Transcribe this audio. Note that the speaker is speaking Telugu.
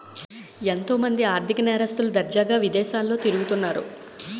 ఎంతో మంది ఆర్ధిక నేరస్తులు దర్జాగా విదేశాల్లో తిరుగుతన్నారు